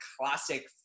classic